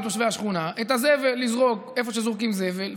לתושבי השכונה: את הזבל לזרוק איפה שזורקים זבל,